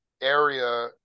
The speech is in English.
area